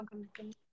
okay